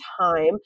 time